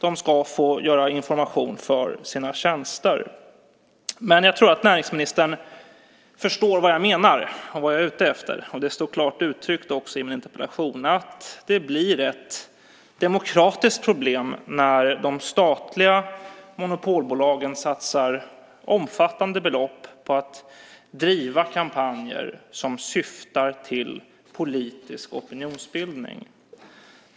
De ska få ge information om sina tjänster. Jag tror dock att näringsministern förstår vad jag menar och är ute efter, och det står också klart uttryckt i min interpellation: Det blir ett demokratiskt problem när de statliga monopolbolagen satsar omfattande belopp på att driva kampanjer som syftar till politisk opinionsbildning.